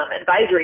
advisory